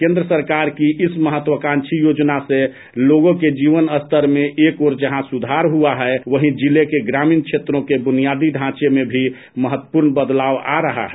केन्द्र सरकार की इस महत्वाकांक्षी योजना से लोगों के जीवन स्तर में जहां एक ओर सुधार हुआ है वहीं जिले के ग्रामीण क्षेत्रों के बुनियादी ढांचे में भी महत्वपूर्ण बदलाव आ रहा है